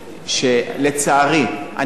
אני עוד לא מבין איך בנוי תקציב מדינה,